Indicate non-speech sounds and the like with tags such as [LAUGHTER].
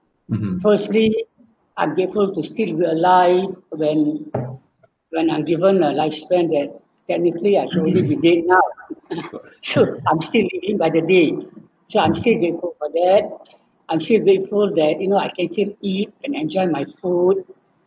[NOISE] firstly I grateful to still be alive when when I'm given the lifespan that technically I probably be dead now [LAUGHS] so I'm still living by the day so I'm still grateful for that I'm still grateful that you know I can simply and enjoy my food